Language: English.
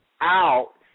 out